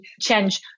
change